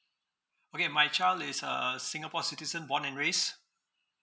okay my child is uh singapore citizen born and raised